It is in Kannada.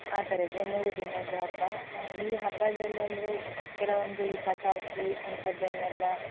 ಆ ಥರ ಇದೆ ಮೂರು ದಿನದ್ದು ಹಬ್ಬ ಈ ಹಬ್ಬದಲ್ಲಿ ಅಂದರೆ ಕೆಲವೊಂದು ಈ ಪಟಾಕಿ ಅಂಥತದ್ದನ್ನೆಲ್ಲ